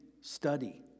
study